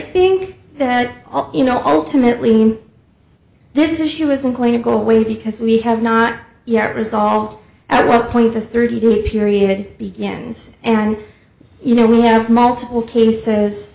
think that you know ultimately name this issue isn't going to go away because we have not yet resolved at what point the thirty day period begins and you know we have multiple cases